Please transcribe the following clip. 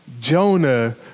Jonah